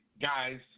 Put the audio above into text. guys